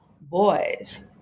boys